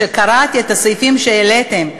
כשקראתי את הסעיפים שהעליתם,